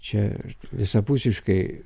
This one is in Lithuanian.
čia visapusiškai